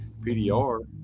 PDR